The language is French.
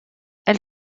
elle